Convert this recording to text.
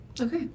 Okay